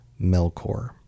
Melkor